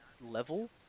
level